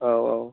औ औ